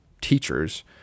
teachers